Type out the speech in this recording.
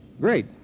Great